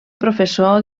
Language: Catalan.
professor